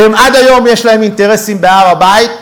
ועד היום יש להם אינטרסים בהר-הבית,